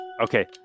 Okay